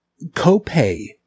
copay